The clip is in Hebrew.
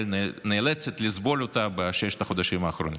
נאלצת לסבול אותה בששת החודשים האחרונים.